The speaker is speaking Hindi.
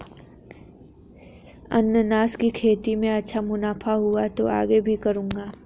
अनन्नास की खेती में अच्छा मुनाफा हुआ तो आगे भी करूंगा